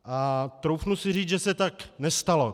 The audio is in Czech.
A troufnu si říct, že se tak nestalo.